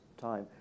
time